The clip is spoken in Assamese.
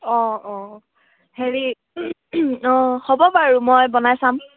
অঁ অঁ হেৰি অঁ হ'ব বাৰু মই বনাই চাম